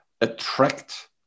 attract